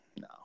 no